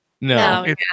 No